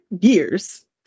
years